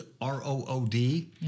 R-O-O-D